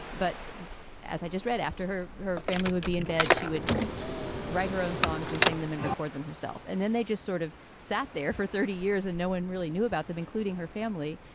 but as i just read after her, her family would be in bed. she would write her own songs and sing them and record them herself. and then they just sort of sat there for thirty years and no one really knew about them, including her family.